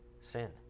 sin